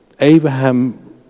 Abraham